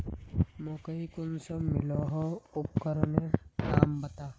मकई कुंसम मलोहो उपकरनेर नाम बता?